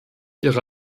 ihre